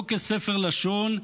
לא כספר לשון,